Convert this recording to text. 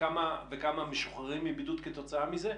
וכמה משוחררים מבידוד כתוצאה מזה?